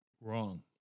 Wrong